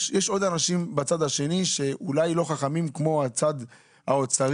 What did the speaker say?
יש עוד אנשים בצד השני שהם אולי לא חכמים כמו הצד האוצרי,